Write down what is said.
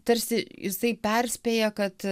tarsi jisai perspėja kad